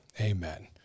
Amen